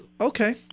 Okay